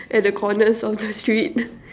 at the corners of the street